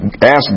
Ask